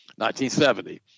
1970